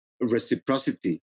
reciprocity